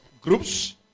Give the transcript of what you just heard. groups